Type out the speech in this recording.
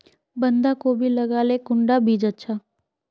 बंधाकोबी लगाले कुंडा बीज अच्छा?